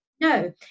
No